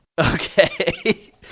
okay